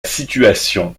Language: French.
situation